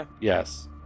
Yes